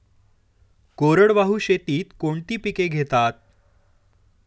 कोरडवाहू शेतीत कोणती पिके घेतात?